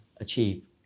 achieve